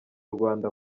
rwanda